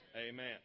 Amen